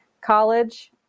college